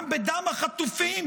גם בדם החטופים